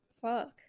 Fuck